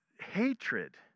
hatred